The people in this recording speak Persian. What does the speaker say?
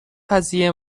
قضیه